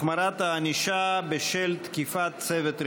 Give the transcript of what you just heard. החמרת הענישה בשל תקיפת צוות רפואי),